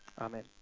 amen